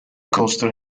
coaster